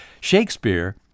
Shakespeare